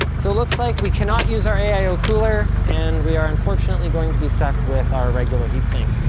so it looks like we cannot use our aio cooler, and we are unfortunately going to be stuck with our regular heatsink.